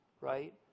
right